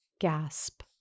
Gasp